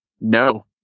no